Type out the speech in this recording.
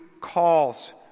calls